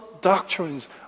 doctrines